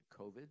COVID